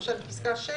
למשל, פסקה (6)